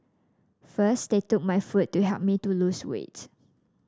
first they took my food to help me to lose weight